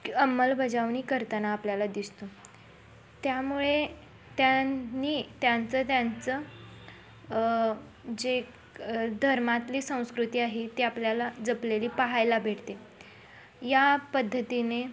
अंमल बजावणी करताना आपल्याला दिसतो त्यामुळे त्यांनी त्यांचं त्यांचं जे धर्मातली संस्कृती आहे ती आपल्याला जपलेली पाहायला भेटते या पद्धतीने